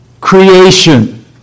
creation